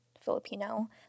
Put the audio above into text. Filipino